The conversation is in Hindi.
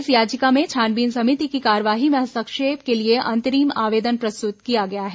इस याचिका में छानबीन समिति की कार्रवाई में हस्तक्षेप के लिए अंतरिम आवेदन प्रस्तुत किया गया है